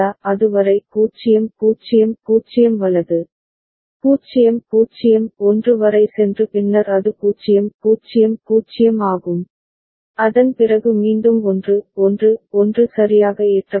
அது வரை 0 0 0 வலது 0 0 1 வரை சென்று பின்னர் அது 0 0 0 ஆகும் அதன் பிறகு மீண்டும் 1 1 1 சரியாக ஏற்றப்படும்